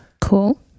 Cool